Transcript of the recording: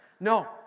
No